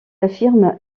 affirme